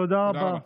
תודה רבה.